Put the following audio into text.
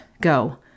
go